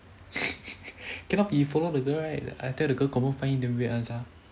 cannot be follow the girl right I tell you the girl confirm find he damn weird one sia